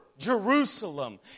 Jerusalem